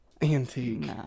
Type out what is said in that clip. Antique